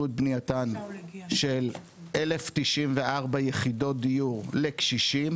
בנייתן של 1,094 יחידות דיור לקשישים,